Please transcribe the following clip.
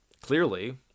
Clearly